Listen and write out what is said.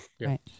right